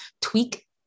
tweak